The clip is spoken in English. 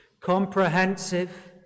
comprehensive